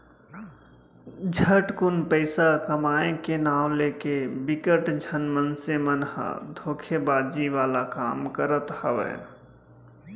झटकुन पइसा कमाए के नांव लेके बिकट झन मनसे मन ह धोखेबाजी वाला काम करत हावय